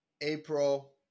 April